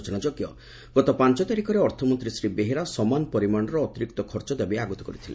ସ୍ଚନାଯୋଗ୍ ଗତ ପାଞ ତାରିଖରେ ଅର୍ଥମନ୍ତୀ ଶ୍ରୀ ବେହେରା ସମାନ ପରିମାଶର ଅତିରିକ୍ତ ଖର୍ଚ୍ଚ ଦାବି ଆଗତ କରିଥିଲେ